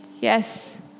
Yes